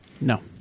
No